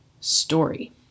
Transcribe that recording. story